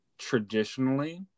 traditionally